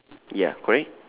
ya correct